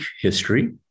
history